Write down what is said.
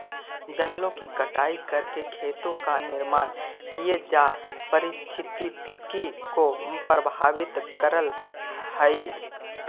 जंगलों की कटाई करके खेतों का निर्माण किये जाए पारिस्थितिकी को प्रभावित करअ हई